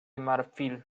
marfil